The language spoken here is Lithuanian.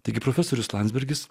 taigi profesorius landsbergis